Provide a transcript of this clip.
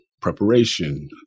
preparation